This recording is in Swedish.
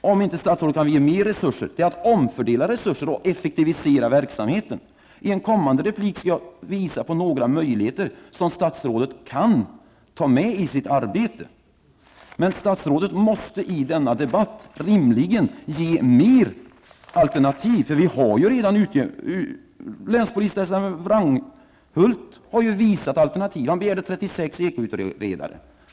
om hon inte kan ge mer resurser, är att omfördela resurser och effektivisera verksamheten. I en kommande replik skall jag visa på några möjligheter som statsrådet kan ta med i sitt arbete, men statsrådet måste själv i denna debatt rimligen ge fler alternativ. Länspolismästare Wranghult har visat alternativ och har begärt 36 ekoutredare.